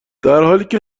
درحالیکه